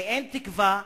ואין תקווה,